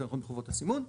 יותר נכון חובות הסימון,